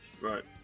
Right